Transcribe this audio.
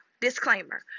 disclaimer